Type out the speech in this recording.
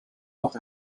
noch